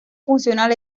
funcional